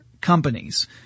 companies